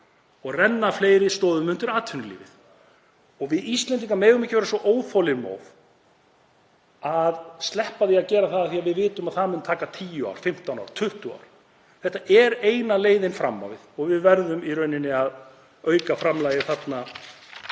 og renna fleiri stoðum undir atvinnulífið. Við Íslendingar megum ekki vera svo óþolinmóð að sleppa því að gera það af því að við vitum að það mun taka 10 ár, 15 ár, 20 ár. Þetta er eina leiðin fram á við og við verðum í rauninni að auka framlagið þarna